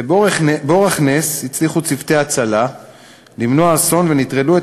ובאורח נס הצליחו צוותי הצלה למנוע אסון ונטרלו את